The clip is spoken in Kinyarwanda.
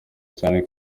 cyane